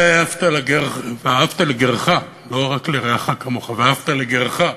ואהבת לגרך, לא רק לרעך, כמוך, ואהבת לגרך.